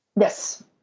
Yes